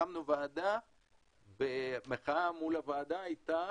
הקמנו ועדה והמחאה מול הוועדה הייתה